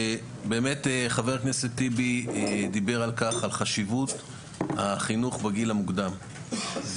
הוא דיבר על חשיבות החינוך בגיל המוקדם,